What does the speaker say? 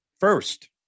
First